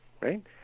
right